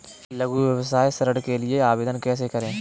लघु व्यवसाय ऋण के लिए आवेदन कैसे करें?